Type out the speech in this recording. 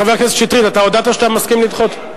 חבר הכנסת שטרית, אתה הודעת שאתה מסכים לדחות?